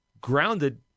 grounded –